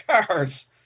cars